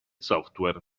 software